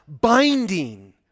Binding